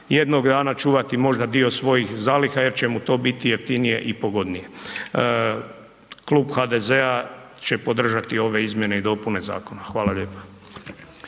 jednog dana čuvati možda dio svojih zaliha jer će mu to biti jeftinije i pogodnije. Klub HDZ-a će podržati ove izmjene i dopune zakona. Hvala lijepa.